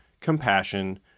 compassion